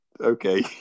Okay